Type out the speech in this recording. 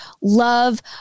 love